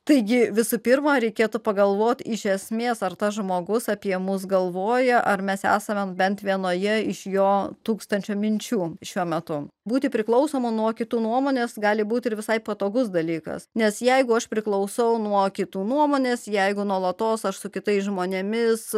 taigi visų pirma reikėtų pagalvoti iš esmės ar tas žmogus apie mus galvoja ar mes esame bent vienoje iš jo tūkstančio minčių šiuo metu būti priklausoma nuo kitų nuomonės gali būti ir visai patogus dalykas nes jeigu aš priklausau nuo kitų nuomonės jeigu nuolatos aš su kitais žmonėmis